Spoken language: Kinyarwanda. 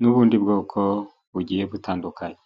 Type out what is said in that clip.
n'ubundi bwoko bugiye butandukanye.